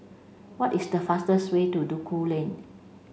what is the fastest way to Duku Lane